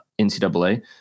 NCAA